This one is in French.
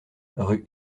rue